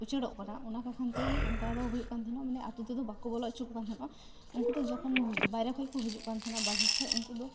ᱩᱪᱟᱹᱲᱚᱜ ᱠᱟᱱᱟ ᱚᱱᱟ ᱠᱚᱠᱷᱚᱱ ᱛᱮᱜᱮ ᱚᱱᱠᱟᱫᱚ ᱦᱩᱭᱩᱜ ᱠᱟᱱ ᱛᱮᱦᱮᱱᱚᱜᱼᱟ ᱢᱟᱱᱮ ᱟᱛᱳ ᱛᱮᱫᱚ ᱵᱟᱠᱚ ᱵᱚᱞᱚ ᱚᱪᱚᱣᱟᱠᱚ ᱠᱟᱱ ᱛᱮᱦᱮᱱᱚᱜᱼᱟ ᱩᱱᱠᱩᱫᱚ ᱡᱚᱠᱷᱚᱱ ᱵᱟᱨᱦᱮ ᱠᱷᱚᱱᱠᱚ ᱦᱤᱡᱩᱜᱠᱟᱱ ᱛᱮᱦᱮᱱᱚᱜᱼᱟ ᱵᱟᱨᱦᱮ ᱠᱷᱚᱱ ᱩᱱᱠᱩᱫᱚ